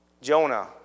Jonah